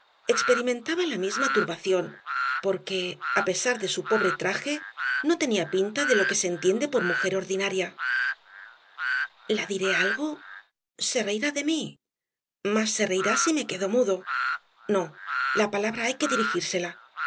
experimentaba la misma turbación porque á pesar de su pobre traje no tenía pinta de lo que se entiende por mujer ordinaria la diré algo se reirá de mí más se reirá si me quedo mudo no la palabra hay que dirigírsela